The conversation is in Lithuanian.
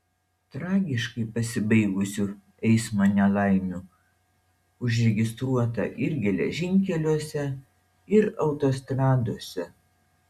tragiškai pasibaigusių eismo nelaimių užregistruota ir geležinkeliuose ir autostradose